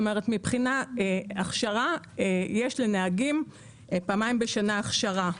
מבחינת הכשרה, יש לנהגים פעמיים בשנה הכשרה.